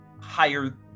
higher